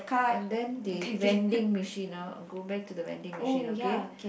and then they vending machine ah go back to the vending machine okay